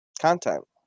Content